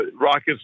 Rockets